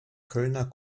kölner